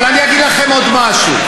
אבל אני אגיד לכם עוד משהו.